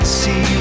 see